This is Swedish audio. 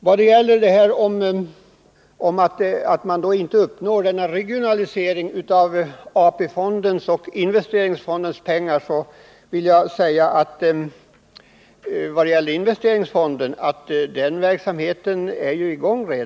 Vad gäller detta att man inte skulle uppnå en regionalisering av AP-fondens och investeringsfondens pengar vill jag säga att när det gäller investeringsfonden så är denna verksamhet redan i gång.